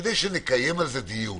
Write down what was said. כדי שנקיים על זה דיון